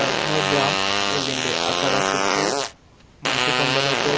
వైష్ణోధాం వెళ్ళిండే అక్కడ చుట్టూ మంచు కొండలతో